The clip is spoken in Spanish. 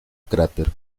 cráter